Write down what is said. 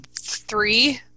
Three